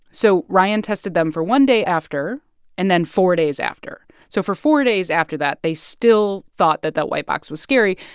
so ryan tested them for one day after and then four days after. so for four days after that, they still thought that that white box was scary,